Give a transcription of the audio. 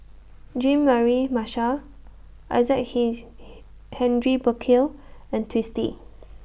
Jean Mary Marshall Isaac His He Henry Burkill and Twisstii